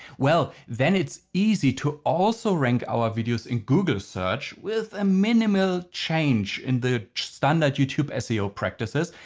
well, then it's easy to also rank our videos in google search with a minimal change in the standard youtube seo practices.